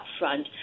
upfront